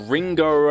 Ringo